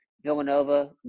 Villanova